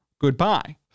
Goodbye